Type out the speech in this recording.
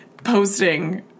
Posting